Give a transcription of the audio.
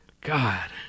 God